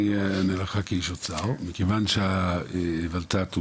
אני אענה לך כאיש אוצר: מכיוון שהות"ת הוא